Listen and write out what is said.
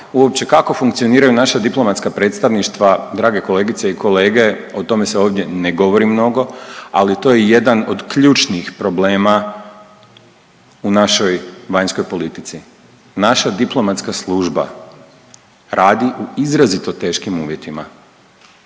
Uopće kako funkcioniraju naša diplomatska predstavništva drage kolegice i kolege o tome se ovdje ne govori mnogo, ali to je jedan od ključnih problema u našoj vanjskoj politici. Naš diplomatska služba radi u izrazito teškim uvjetima